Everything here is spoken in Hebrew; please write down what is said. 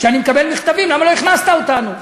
שאני מקבל מכתבים: למה לא הכנסת אותנו?